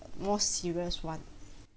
more serious [one]